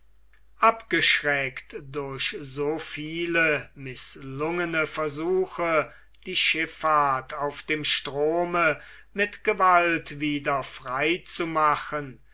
abgeschreckt durch so viele mißlungene versuche die schifffahrt auf dem strome mit gewalt wieder frei zu machen